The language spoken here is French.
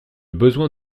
besoin